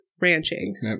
ranching